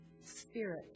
Spirit